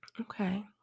okay